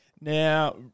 Now